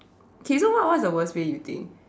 okay so what what's the worst way you think